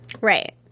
Right